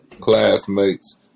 classmates